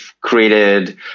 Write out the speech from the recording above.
created